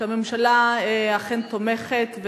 שהממשלה אכן תומכת,